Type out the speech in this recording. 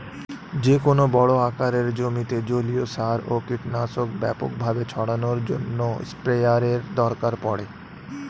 যেকোনো বড় আকারের জমিতে জলীয় সার ও কীটনাশক ব্যাপকভাবে ছড়ানোর জন্য স্প্রেয়ারের দরকার পড়ে